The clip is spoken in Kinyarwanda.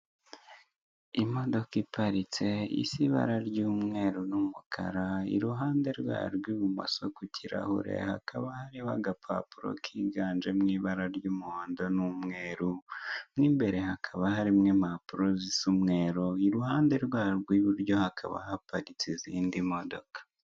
Imodoka iparitse isa ibara ry'umweru n'umukara iruhande rwayo rw'ibumoso ku kirahure hakaba hariho agapapuro kiganjemo, ibara ry'umuhondo n'umweru, n'imbere hakaba harimo impapuro z'umweru iruhande rwaho rw'iburyo hakaba haparitse izindi modoka.